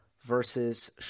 versus